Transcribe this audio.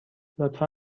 لطفا